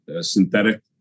synthetic